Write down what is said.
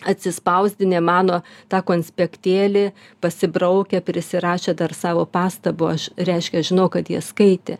atsispausdinę mano tą konspektėlį pasibraukę prisirašę dar savo pastabų aš reiškia aš žinau kad jie skaitė